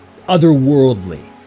otherworldly